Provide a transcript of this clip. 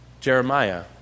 Jeremiah